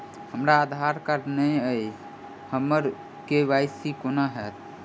हमरा आधार कार्ड नै अई हम्मर के.वाई.सी कोना हैत?